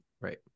Right